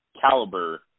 caliber